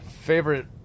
Favorite